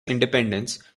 independence